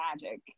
magic